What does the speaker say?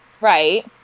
Right